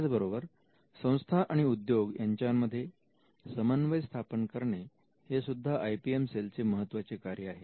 त्याचबरोबर संस्था आणि उद्योग यांच्यामध्ये समन्वय स्थापन करणे हेसुद्धा आय पी एम सेलचे महत्त्वाचे कार्य आहे